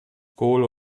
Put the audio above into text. kohle